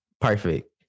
Perfect